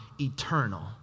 eternal